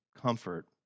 comfort